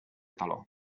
taló